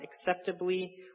acceptably